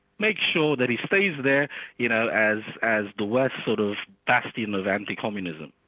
make sure that he stays there you know as as the west's sort of bastion of anti-communism.